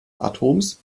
atoms